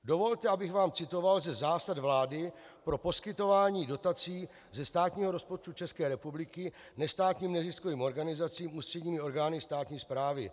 Dovolte, abych vám citoval ze zásad vlády pro poskytování dotací ze státního rozpočtu České republiky nestátním neziskovým organizacím ústředními orgány státní správy.